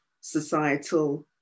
societal